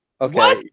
Okay